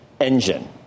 engine